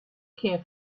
care